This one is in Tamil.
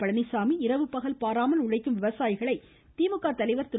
பழனிச்சாமி இரவு பகல் பாராமல் உழைக்கும் விவசாயிகளை திமுக தலைவர் திரு